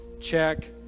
check